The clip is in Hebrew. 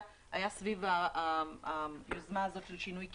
היה סביב היוזמה הזו של שינוי כיוון,